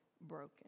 broken